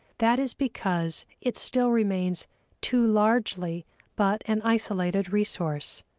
that is because it still remains too largely but an isolated resource,